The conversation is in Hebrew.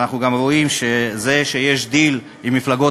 ואנחנו גם רואים שזה שיש דיל עם המפלגות